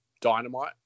Dynamite